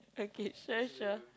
okay sure sure